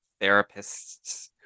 therapists